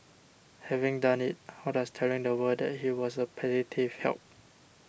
having done it how does telling the world that he was a petty thief help